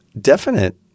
definite